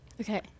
okay